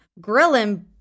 grilling